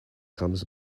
comes